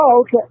okay